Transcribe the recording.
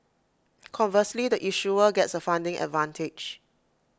conversely the issuer gets A funding advantage